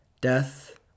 death